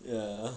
ya